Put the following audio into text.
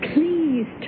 Please